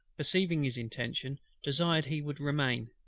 perceiving his intention, desired he would remain.